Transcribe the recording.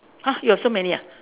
!huh! you got so many ah